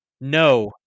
no